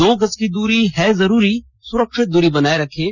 दो गज की दूरी है जरूरी सुरक्षित दूरी बनाए रखें